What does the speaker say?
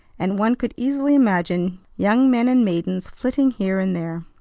and one could easily imagine young men and maidens flitting here and there.